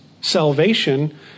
salvation